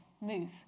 move